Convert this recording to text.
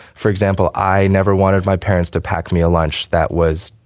for example, i never wanted my parents to pack me a lunch that was,